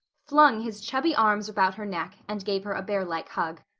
flung his chubby arms about her neck and gave her a bear-like hug.